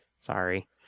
Sorry